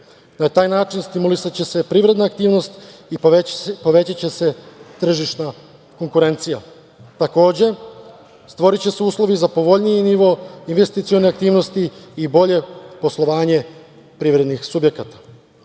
Na taj način stimulisaće se privredna aktivnost i povećaće se tržišna konkurencija. Takođe, stvoriće se uslovi za povoljniji nivo investicione aktivnosti i bolje poslovanje privrednih subjekata. Sve